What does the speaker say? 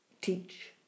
teach